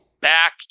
back